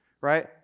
right